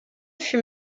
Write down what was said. fut